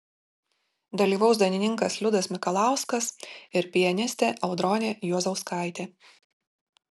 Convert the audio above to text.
dalyvaus dainininkas liudas mikalauskas ir pianistė audronė juozauskaitė